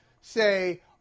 say